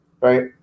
Right